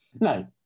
No